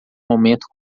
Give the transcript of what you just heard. momento